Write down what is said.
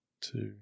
Two